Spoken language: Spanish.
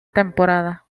temporada